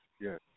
yes